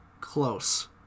close